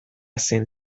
zen